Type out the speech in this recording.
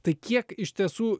tai kiek iš tiesų